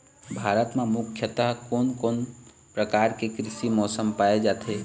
भारत म मुख्यतः कोन कौन प्रकार के कृषि मौसम पाए जाथे?